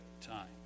time